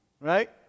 right